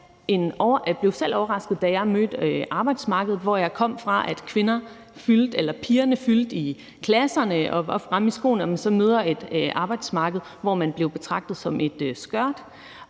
Jeg blev selv overrasket, da jeg mødte arbejdsmarkedet. Jeg kom fra, at pigerne fyldte i klassen og var fremme i skoene, og så mødte man et arbejdsmarked, hvor man blev betragtet som et skørt.